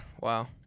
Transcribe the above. Wow